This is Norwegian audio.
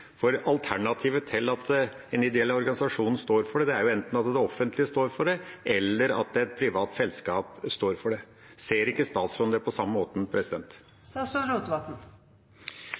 Alternativet til at en ideell organisasjon står for det, er enten at det offentlige står for det, eller at et privat selskap står for det. Ser ikke statsråden det på samme